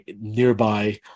nearby